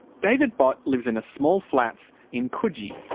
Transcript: david bott lives in a small flat in coogee.